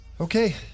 Okay